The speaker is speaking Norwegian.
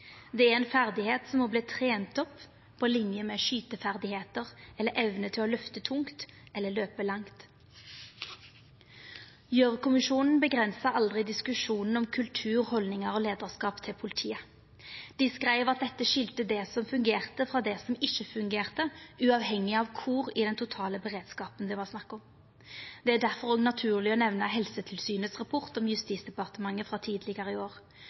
Det er ei ferdigheit som må trenast opp på linje med skyteferdigheiter eller evne til å løfta tungt eller springa langt. Gjørv-kommisjonen avgrensa aldri diskusjonen om kultur, haldningar og leiarskap til politiet. Dei skreiv at dette skilde det som fungerte, frå det som ikkje fungerte, uavhengig av kvar i den totale beredskapen det var snakk om. Det er difor òg naturleg å nemna Helsetilsynets rapport om Justisdepartementet frå tidlegare i år.